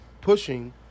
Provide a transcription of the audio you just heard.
pushing